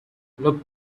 look